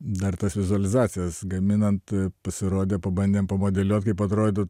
dar tas vizualizacijas gaminant pasirodė pabandėm pamodeliuot kaip atrodytų